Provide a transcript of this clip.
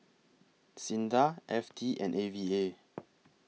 SINDA F T and A V A